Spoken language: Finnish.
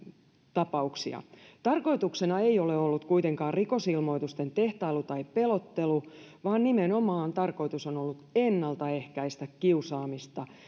tapauksia tarkoituksena ei ole ollut kuitenkaan rikosilmoitusten tehtailu tai pelottelu vaan nimenomaan tarkoitus on on ollut ennaltaehkäistä kiusaamista